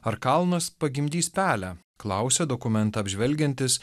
ar kalnas pagimdys pelę klausia dokumentą apžvelgiantis